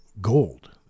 gold